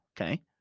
Okay